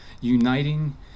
uniting